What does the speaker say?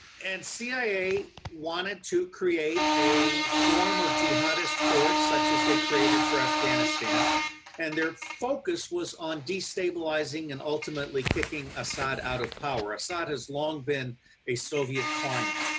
and cia wanted to create a form of jihadist force such as they created for afghanistan and their focus was on destabilizing and ultimately kicking assad out of power assad has long been a soviet client.